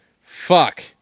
Fuck